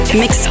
mix